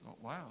Wow